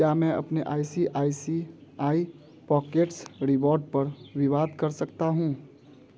क्या मैं अपने I C I C I Pockets reward पर विवाद कर सकता हूँ